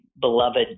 beloved